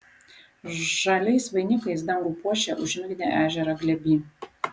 žaliais vainikais dangų puošia užmigdę ežerą glėby